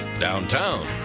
downtown